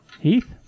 Heath